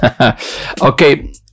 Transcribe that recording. Okay